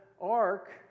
ark